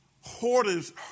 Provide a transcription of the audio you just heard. hoarders